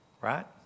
right